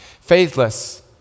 Faithless